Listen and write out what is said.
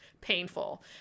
painful